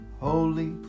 holy